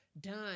done